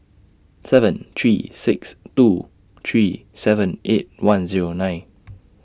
seven three six two three seven eight one Zero nine